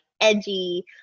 edgy